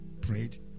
Prayed